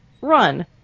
run